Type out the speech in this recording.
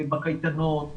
בקייטנות,